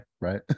right